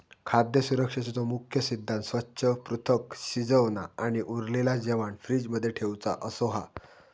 खाद्य सुरक्षेचो मुख्य सिद्धांत स्वच्छ, पृथक, शिजवना आणि उरलेला जेवाण फ्रिज मध्ये ठेउचा असो हा